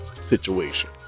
Situation